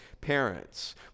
parents